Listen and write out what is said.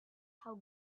how